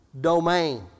domain